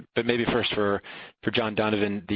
but maybe first for for john donovan,